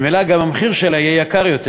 והמחיר שלה יהיה יקר יותר,